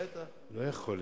לא יכול להיות.